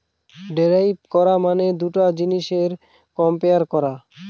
derive করা মানে দুটা জিনিসের কম্পেয়ার করা